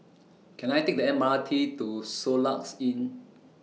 Can I Take The M R T to Soluxe Inn